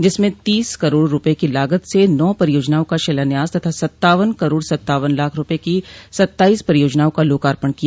जिसमें तीस करोड़ रूपये की लागत से नौ परियोजनाओं का शिलान्यास तथा सत्तावन करोड़ सत्तावन लाख रूपये की सत्ताईस परियोजनओं का लोकार्पण किया